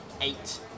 eight